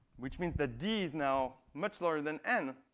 which means that d is now much larger than n,